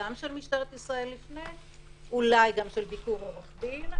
ואולי עם מנכ"ל המשרד,